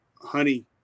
Honey